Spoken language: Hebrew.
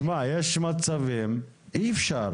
יש מצבים שאי אפשר